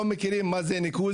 אנחנו לא מכירים מה הוא ניקוז,